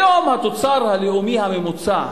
היום התוצר הלאומי הממוצע,